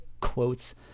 quotes